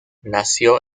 nació